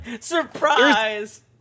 Surprise